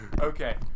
Okay